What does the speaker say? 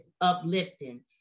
uplifting